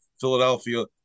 Philadelphia